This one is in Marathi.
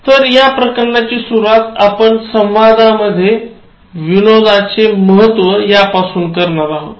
तर या प्रकरणाची सुरवात आपण संवादामध्ये विनोदाचे महत्त्व या पासून करणार आहोत